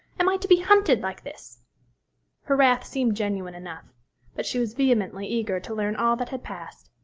am i to be hunted like this her wrath seemed genuine enough but she was vehemently eager to learn all that had passed.